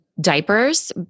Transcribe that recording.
Diapers